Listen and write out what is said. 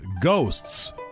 Ghosts